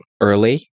early